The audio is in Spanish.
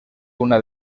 una